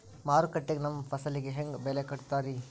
ಮಾರುಕಟ್ಟೆ ಗ ನಮ್ಮ ಫಸಲಿಗೆ ಹೆಂಗ್ ಬೆಲೆ ಕಟ್ಟುತ್ತಾರ ರಿ?